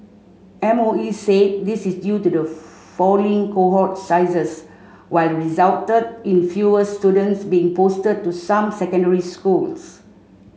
MOE said this is due to falling cohort sizes which resulted in fewer students being posted to some secondary schools